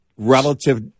Relative